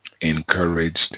encouraged